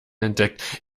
entdeckt